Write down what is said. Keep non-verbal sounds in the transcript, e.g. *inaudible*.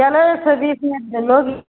चलो सर *unintelligible* चलोगी